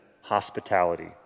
Hospitality